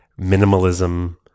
minimalism